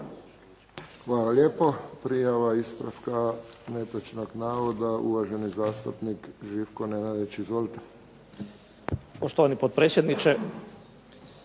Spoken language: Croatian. Hvala lijepo. Prijava ispravka netočnog navoda, uvaženi zastupnik Živko Nenadić. Izvolite.